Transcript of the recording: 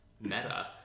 Meta